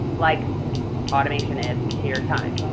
like automation is to your time.